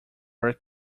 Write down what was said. were